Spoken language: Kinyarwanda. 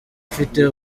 ufite